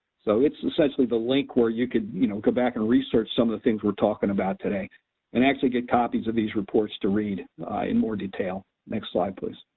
so it's essentially the link where you could you know go back and research some of the things we're talking about today and actually get copies of these reports to read in more detail. next slide please.